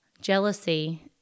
jealousy